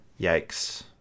Yikes